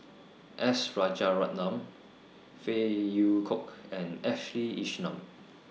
S Rajaratnam Phey Yew Kok and Ashley Isham